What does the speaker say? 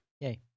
yay